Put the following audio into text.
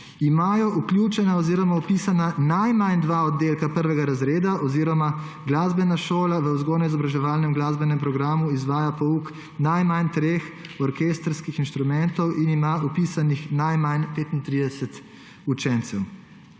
imajo vključena oziroma vpisana najmanj dva oddelka prvega razreda oziroma glasbena šola v vzgojno-izobraževalnem glasbenem programu izvaja pouk najmanj treh orkestrskih instrumentov in ima vpisanih najmanj 35 učencev;